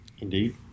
Indeed